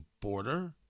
border